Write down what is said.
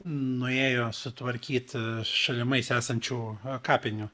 nuėjo sutvarkyti šalimais esančių a kapinių